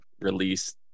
release